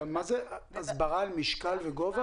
הסברה על משקל וגובה?